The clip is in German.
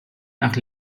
nach